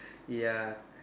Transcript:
ya